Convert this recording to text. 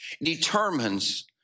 determines